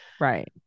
Right